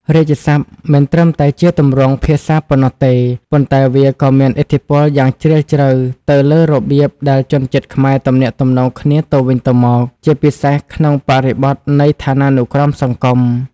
រាជសព្ទ មិនត្រឹមតែជាទម្រង់ភាសាប៉ុណ្ណោះទេ ប៉ុន្តែវាក៏មានឥទ្ធិពលយ៉ាងជ្រាលជ្រៅទៅលើរបៀបដែលជនជាតិខ្មែរទំនាក់ទំនងគ្នាទៅវិញទៅមក ជាពិសេសក្នុងបរិបទនៃឋានានុក្រមសង្គម។